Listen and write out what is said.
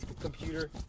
computer